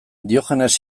diogenes